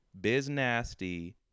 Biznasty